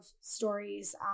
stories